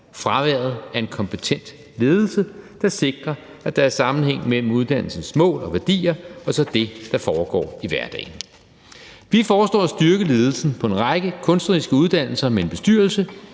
fraværet af en kompetent ledelse, der sikrer, at der er sammenhæng mellem uddannelsens mål og værdier og det, der så foregår i hverdagen. Vi foreslår at styrke ledelsen på en række kunstneriske uddannelser med en bestyrelse.